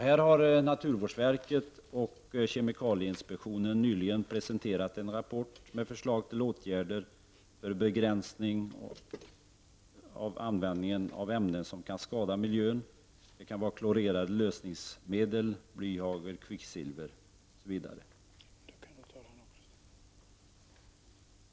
Här har naturvårdsverket och kemikalieinspektionen nyligen presenterat en rapport med förslag till åtgärder för begränsning av användningen av ämnen som kan skada miljön -- det kan vara klorerade lösningsmedel, blyhagel, kvicksilver osv.